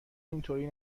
اینطوری